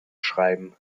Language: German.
schreiben